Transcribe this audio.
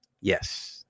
Yes